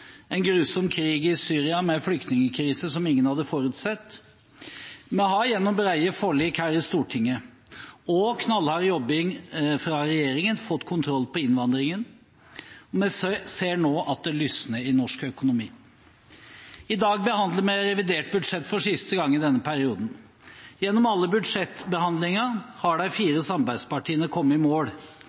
en grusom krig i Syria med en flyktningkrise som ingen hadde forutsett. Vi har gjennom brede forlik her i Stortinget og knallhard jobbing av regjeringen fått kontroll over innvandringen. Vi ser nå at det lysner i norsk økonomi. I dag behandler vi revidert budsjett for siste gang i denne perioden. Gjennom alle budsjettbehandlingene har de fire samarbeidspartiene kommet i mål,